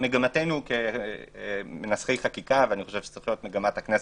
מגמתנו כמנסחי חקיקה ואני חושב שזו צריכה להיות מגמת הכנסת,